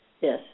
yes